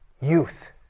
Youth